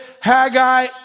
Haggai